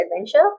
adventure